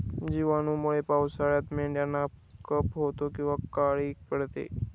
जिवाणूंमुळे पावसाळ्यात मेंढ्यांना कफ होतो किंवा काळी पडते